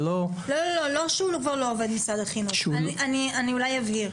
אני אבהיר,